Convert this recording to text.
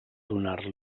donar